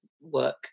work